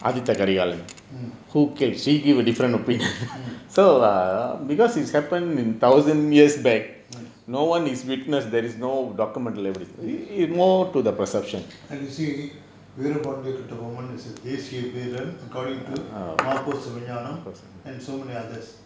mm mm mm as you see veerapaandi kattabomman is a தேசிய வீரன்:thesiya veeran according to ma po sivajaanam and so many others